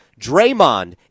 Draymond